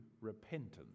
repentance